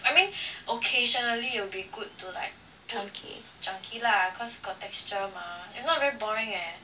I mean occasionally it will be good to like chunky chunky lah cause got texture mah if not very boring eh